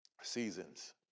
Seasons